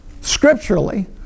scripturally